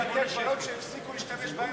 אולי מכרו בתי-קברות שהפסיקו להשתמש בהם.